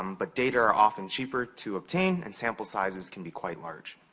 um but data are often cheaper to obtain and sample sizes can be quite large.